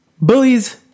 bullies